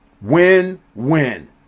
win-win